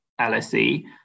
LSE